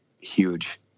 huge